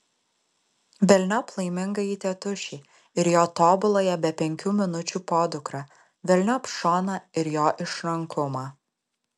velniop laimingąjį tėtušį ir jo tobuląją be penkių minučių podukrą velniop šoną ir jo išrankumą